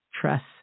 Trust